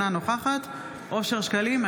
אינה נוכחת אושר שקלים,